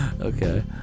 Okay